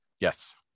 Yes